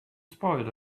spoiled